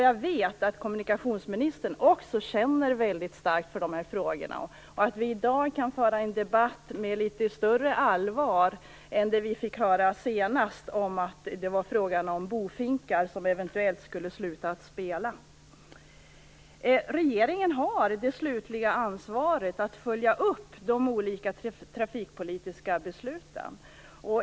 Jag vet att kommunikationsministern också känner väldigt starkt för de här frågorna, och i dag kan vi föra en debatt med litet större allvar än vi gjorde senast, då vi fick höra att de var fråga om bofinkar som eventuellt skulle sluta att spela. Regeringen har det slutliga ansvaret att följa upp de olika trafikpolitiska besluten.